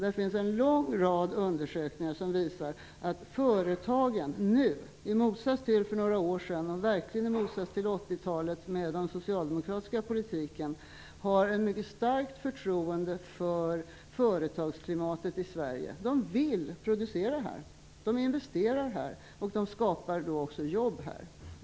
Det finns en lång rad undersökningar som visar att företagen nu -- i motsats till för några år sedan och verkligen i motsats till 80-talet med den socialdemokratiska politiken -- har ett mycket starkt förtroende för företagsklimatet i Sverige. Företagen vill producera här, de investerar här och därmed skapar de också jobb här.